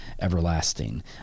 everlasting